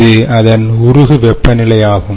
இது அதன் உருகும் வெப்பநிலை ஆகும்